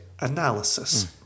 Analysis